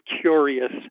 curious